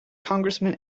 congressman